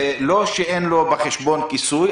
זה לא שאין לו בחשבון כיסוי,